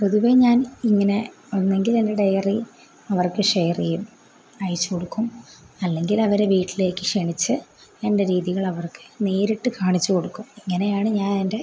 പൊതുവേ ഞാൻ ഇങ്ങനെ ഒന്നുകിൽ എൻ്റെ ഡയറി അവർക്ക് ഷെയർ ചെയ്യും അയച്ചുകൊടുക്കും അല്ലെങ്കിൽ അവരെ വീട്ടിലേക്ക് ക്ഷണിച്ച് എൻ്റെ രീതികൾ അവർക്ക് നേരിട്ട് കാണിച്ച് കൊടുക്കും ഇങ്ങനെയാണ് ഞാൻ എൻ്റെ